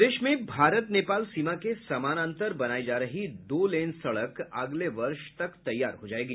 प्रदेश में भारत नेपाल सीमा के समानांतर बनाई जा रही दो लेन सड़क अगले वर्ष तक तैयार हो जायेगी